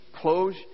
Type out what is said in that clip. close